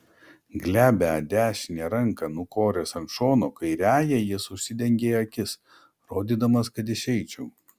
glebią dešinę ranką nukoręs ant šono kairiąja jis užsidengė akis rodydamas kad išeičiau